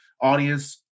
audience